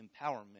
empowerment